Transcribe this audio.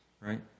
right